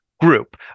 group